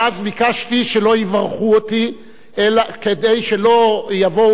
ואז ביקשתי שלא יברכו אותי כדי שלא יבואו